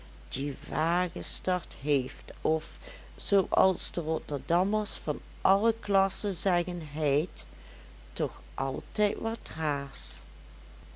die wagestert heeft of zoo als de rotterdammers van alle klassen zeggen heit toch altijd wat raars